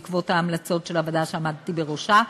בעקבות ההמלצות של הוועדה שעמדתי בראשה.